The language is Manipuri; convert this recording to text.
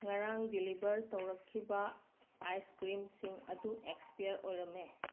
ꯉꯔꯥꯡ ꯗꯦꯂꯤꯕꯔ ꯇꯧꯔꯛꯈꯤꯕ ꯑꯥꯏꯁ ꯀ꯭ꯔꯤꯝꯁꯤꯡ ꯑꯗꯨ ꯑꯦꯛꯁꯄꯤꯌꯥꯔ ꯑꯣꯏꯔꯝꯃꯦ